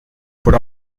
por